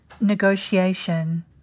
negotiation